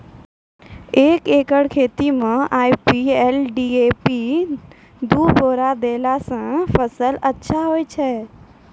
एक एकरऽ खेती मे आई.पी.एल डी.ए.पी दु बोरा देला से फ़सल अच्छा होय छै?